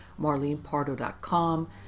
MarlenePardo.com